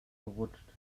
gerutscht